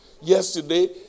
yesterday